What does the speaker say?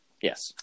Yes